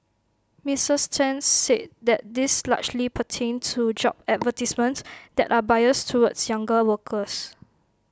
Misters ten said that these largely pertained to job advertisements that are biased towards younger workers